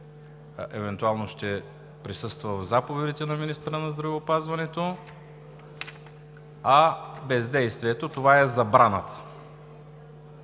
евентуално ще присъства в заповедите на министъра на здравеопазването, а бездействието – това е забраната.